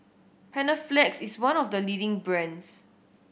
Panaflex is one of the leading brands